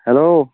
hello